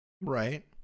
Right